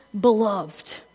Beloved